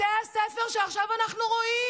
בתי הספר שעכשיו אנחנו רואים,